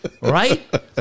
Right